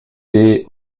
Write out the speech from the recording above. des